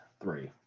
three